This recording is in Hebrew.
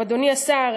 אדוני השר,